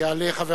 יעלה חבר